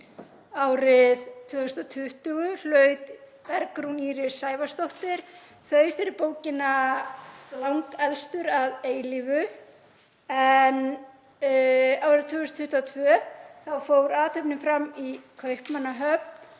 Árið 2020 hlaut Bergrún Íris Sævarsdóttir þau fyrir bókina Lang-elstur að eilífu, en árið 2022 fór athöfnin fram í Kaupmannahöfn